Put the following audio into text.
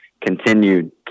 continued